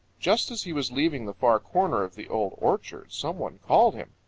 just as he was leaving the far corner of the old orchard some one called him.